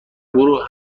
گروه